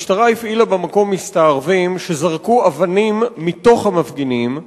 המשטרה הפעילה במקום מסתערבים שזרקו אבנים מתוך המפגינים.